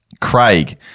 Craig